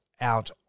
out